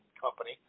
company